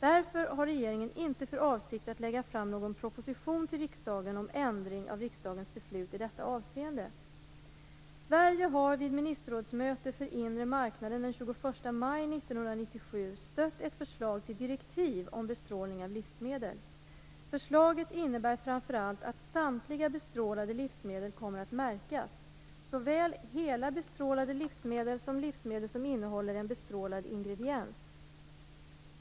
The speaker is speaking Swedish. Därför har regeringen inte för avsikt att lägga fram någon proposition till riksdagen om ändring av riksdagens beslut i detta avseende. Sverige har vid ett ministerrådsmöte för den inre marknaden den 21 maj 1997 stött ett förslag till direktiv om bestrålning av livsmedel. Förslaget innebär framför allt att samtliga bestrålade livsmedel kommer att märkas, såväl hela bestrålade livsmedel som livsmedel som innehåller en bestrålad ingrediens.